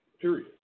Period